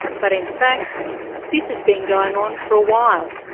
but in fact this has been going on for a while.